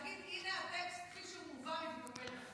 תגיד: הינה הטקסט כפי שהוא מובא מוויקיפדיה.